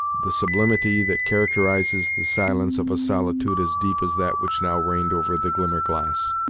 the sublimity that characterizes the silence of a solitude as deep as that which now reigned over the glimmerglass.